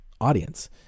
audience